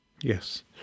Yes